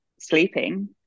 sleeping